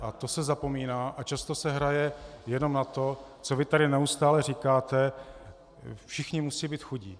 Na to se zapomíná a často se hraje jenom na to, co vy tady neustále říkáte všichni musí být chudí.